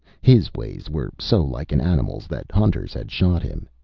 his ways were so like an animal's that hunters had shot him.